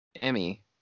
Emmy